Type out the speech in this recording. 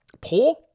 poor